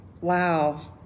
wow